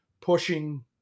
pushing